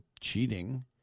cheating